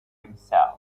himself